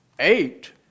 eight